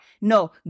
No